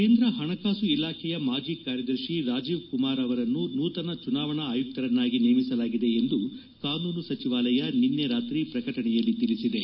ಕೇಂದ್ರ ಹಣಕಾಸು ಇಲಾಖೆಯ ಮಾಜಿ ಕಾರ್ಯದರ್ಶಿ ರಾಜೀವ್ ಕುಮಾರ್ ಅವರನ್ನು ನೂತನ ಚುನಾವಣಾ ಆಯುಕ್ತರನ್ನಾಗಿ ನೇಮಿಸಲಾಗಿದೆ ಎಂದು ಕಾನೂನು ಸಚಿವಾಲಯ ನಿನ್ನೆ ರಾತ್ರಿ ಪ್ರಕಟಣೆಯಲ್ಲಿ ತಿಳಿಸಿದೆ